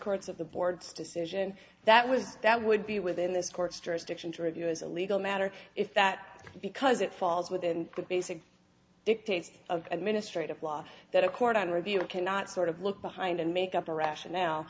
courts of the board's decision that was that would be within this court's jurisdiction to review as a legal matter if that because it falls within the basic dictates of administrative law that a court of review cannot sort of look behind and make up a rationale